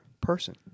person